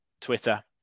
Twitter